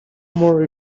more